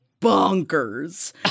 bonkers